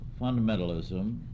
fundamentalism